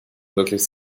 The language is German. möglich